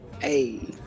Hey